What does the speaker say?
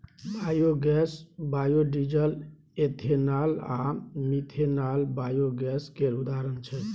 biogas, biodiesel, ethanol आ methanol biogas केर उदाहरण छै